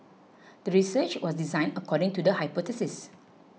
the research was designed according to the hypothesis